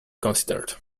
considered